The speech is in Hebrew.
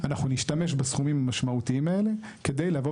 אנחנו נשתמש בסכומים המשמעותיים האלה כדי לבוא